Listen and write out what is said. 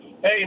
Hey